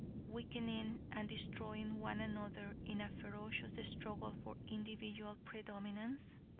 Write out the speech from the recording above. weakening, and destroying one another in a ferocious struggle for individual predominance?